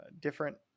different